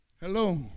Hello